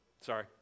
Sorry